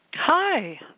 Hi